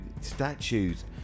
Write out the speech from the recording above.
statues